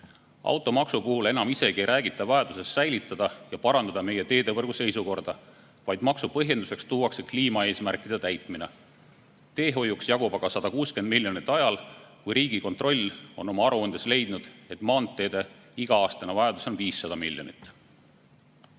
puhul enam isegi ei räägita vajadusest säilitada ja parandada meie teedevõrgu seisukorda, vaid maksu põhjenduseks tuuakse kliimaeesmärkide täitmine. Teehoiuks jagub aga vaid 160 miljonit ajal, kui Riigikontroll on oma aruandes leidnud, et maanteede iga-aastane vajadus on 500 miljonit. Mõne